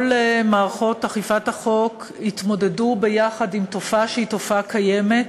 מערכות אכיפת החוק התמודדו יחד עם תופעה שהיא תופעה קיימת